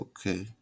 Okay